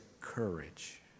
courage